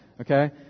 Okay